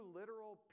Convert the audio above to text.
literal